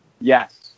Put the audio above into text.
Yes